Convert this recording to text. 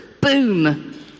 boom